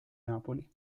napoli